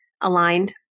aligned